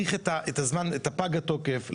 להאריך את פג התוקף.